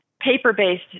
paper-based